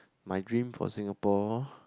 my dream for Singapore